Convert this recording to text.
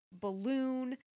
balloon